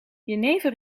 jenever